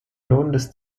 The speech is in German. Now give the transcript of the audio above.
lohnendes